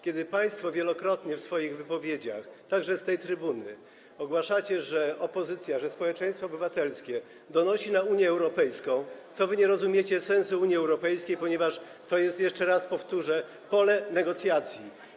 Kiedy państwo wielokrotnie w swoich wypowiedziach, także z tej trybuny, ogłaszacie, że opozycja, że społeczeństwo obywatelskie donosi na Unię Europejską, to pokazujecie, że nie rozumiecie sensu Unii Europejskiej, ponieważ jest to, jeszcze raz powtórzę, pole do negocjacji.